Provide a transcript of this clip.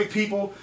people